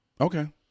Okay